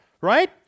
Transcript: right